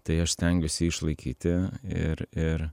tai aš stengiuosi išlaikyti ir ir